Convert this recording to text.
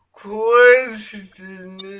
question